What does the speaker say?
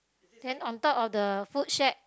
then on top of the food shed